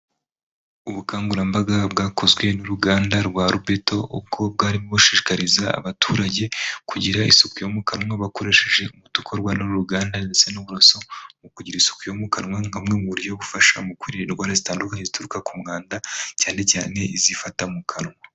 Ubukangurambaga bwakozwe n'uruganda rwa robeto ubwo bwarimo bushishikariza abaturage kugira isuku yo mu kanwa bakoresheje udukorwa n'uruganda ndetse n'uburaso mu kugira isuku yo mu kanwa nka bumwe mu buryo bufasha mu kwurinda indwara zitandukanye zituruka ku mwanda cyane cyane izifata mu kanwa.